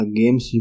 games